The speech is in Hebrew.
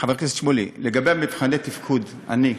חבר הכנסת שמולי, לגבי מבחני התפקוד, אני,